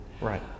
Right